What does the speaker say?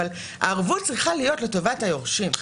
אבל הערבות צריכה להיות לטובת היורשים.